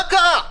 מה קרה?